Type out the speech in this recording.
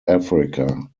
africa